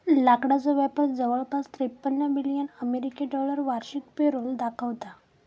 लाकडाचो व्यापार जवळपास त्रेपन्न बिलियन अमेरिकी डॉलर वार्षिक पेरोल दाखवता